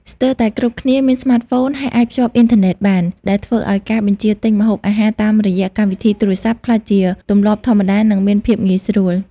ស្ទើរតែគ្រប់គ្នាមានស្មាតហ្វូន ហើយអាចភ្ជាប់អ៊ីនធឺណិតបាន ដែលធ្វើឱ្យការបញ្ជាទិញម្ហូបអាហារតាមរយៈកម្មវិធីទូរស័ព្ទក្លាយជាទម្លាប់ធម្មតា និងមានភាពងាយស្រួល។